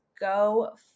Go